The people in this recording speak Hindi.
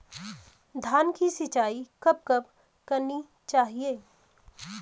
धान की सिंचाईं कब कब करनी चाहिये?